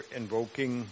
invoking